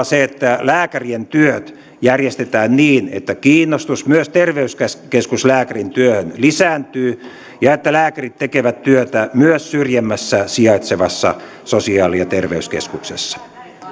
se että lääkärien työt järjestetään niin että kiinnostus myös terveyskeskuslääkärin työhön lisääntyy ja että lääkärit tekevät työtä myös syrjemmässä sijaitsevassa sosiaali ja terveyskeskuksessa